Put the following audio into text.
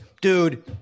Dude